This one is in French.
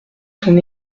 son